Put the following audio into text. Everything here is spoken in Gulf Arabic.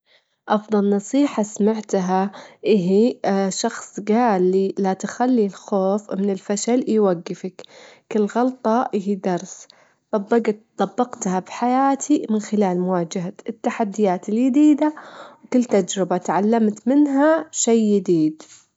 مشروبي المفضل أحب شاي الكرك، خصوصًا مع الحليب، تحضيره بسيط، يعني تحطين الشاي الأسود وتصبين له الحبهان وتغلينه مع الحليب والسكر على نار هادية، وتصبينه وتشربينه.